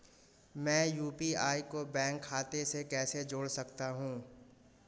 मैं यू.पी.आई को बैंक खाते से कैसे जोड़ सकता हूँ?